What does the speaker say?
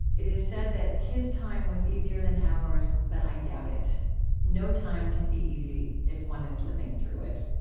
it is said that his time was easier than ours, but i doubt it no time can be easy if one is living through it